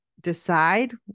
decide